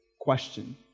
question